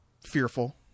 fearful